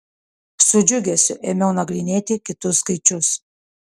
su džiugesiu ėmiau nagrinėti kitus skaičius